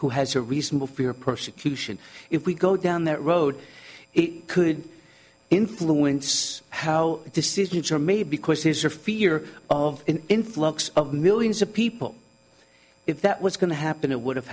who has a reasonable fear of persecution if we go down that road it could influence how decisions are made because these are fear of an influx of millions of people if that was going to happen it would have